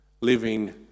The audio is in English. living